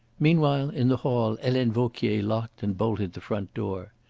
meanwhile, in the hall helene vauquier locked and bolted the front door.